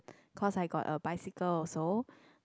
cause I got a bicycle also